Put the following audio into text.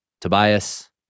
Tobias